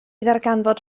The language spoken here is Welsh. ddarganfod